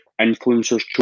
influencers